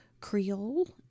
Creole